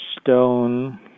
stone